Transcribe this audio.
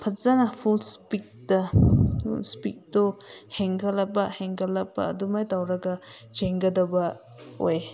ꯐꯖꯅ ꯐꯨꯜ ꯏꯁꯄꯤꯠꯇ ꯏꯁꯄꯤꯠꯇꯣ ꯍꯦꯟꯒꯠꯂꯛꯄ ꯍꯦꯟꯒꯠꯂꯛꯄ ꯑꯗꯨꯃꯥꯏ ꯇꯧꯔꯒ ꯆꯦꯟꯒꯗꯧꯕ ꯑꯣꯏ